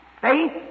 faith